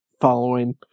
following